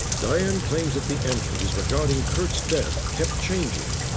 diane claims that the entries regarding curt's death kept changing.